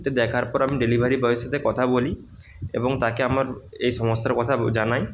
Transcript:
এটা দেখার পর আমি ডেলিভারি বয়ের সাথে কথা বলি এবং তাকে আমার এই সমস্যার কথা জানাই